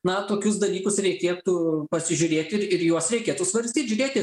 na tokius dalykus reikėtų pasižiūrėti ir ir juos reikėtų svarstyt žiūrėti